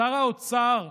שר האוצר,